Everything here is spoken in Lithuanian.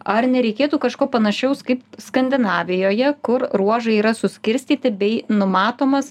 ar nereikėtų kažko panašaus kaip skandinavijoje kur ruožai yra suskirstyti bei numatomas